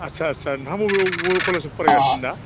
आच्चा आच्चा नोंथाङा बबे कलेजाव फरायगासिनो दा